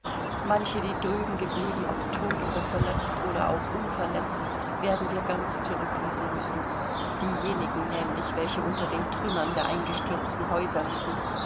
manche die drüben geblieben ob tot oder verletzt oder auch unverletzt werden wir ganz zurücklassen müssen diejenigen nämlich welche unter den trümmern der eingestürzten häuser liegen